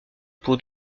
pour